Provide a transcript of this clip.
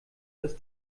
dass